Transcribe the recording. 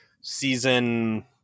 season